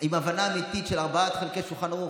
עם הבנה אמיתית של ארבעת חלקי שולחן ערוך.